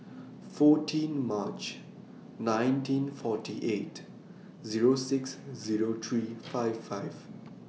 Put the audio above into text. fourteen March nineteen forty eight Zero six Zero three five five